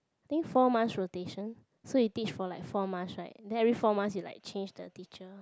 think four months rotations so you teach for like four months right then every four months will like change the teacher